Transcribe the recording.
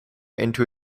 into